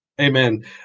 Amen